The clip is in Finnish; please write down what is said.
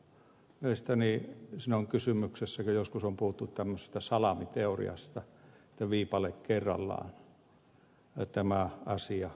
mielestäni siinä on kysymyksessä se kun joskus on puhuttu tämmöisestä salamiteoriasta että viipale kerrallaan tämä asia muuttuu